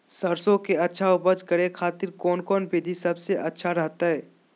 सरसों के अच्छा उपज करे खातिर कौन कौन विधि सबसे अच्छा रहतय?